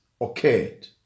occurred